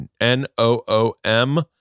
N-O-O-M